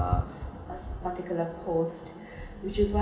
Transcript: a a particular post which is what